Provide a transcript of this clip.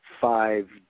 five